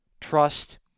trust